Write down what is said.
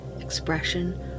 expression